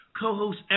co-host